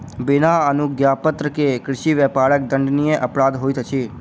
बिना अनुज्ञापत्र के कृषि व्यापार दंडनीय अपराध होइत अछि